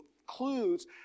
includes